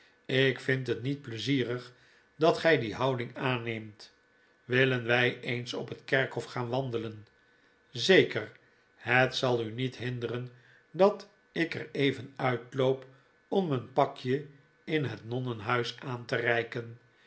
ik vind het niet pleizierig dat gy die houding aanneemt willen wy eens op het kerkhof gaan wandelen zeker het zal u niet hinderen dat ik er even uitloop om een pakje in het nonnenhuis aan te reiken